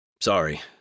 Sorry